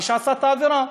מי שעשה את העבירה,